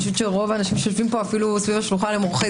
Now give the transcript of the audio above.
אני חושבת שרוב האנשים שיושבים פה סביב השולחן הם עורכי